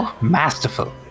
Masterful